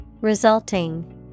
Resulting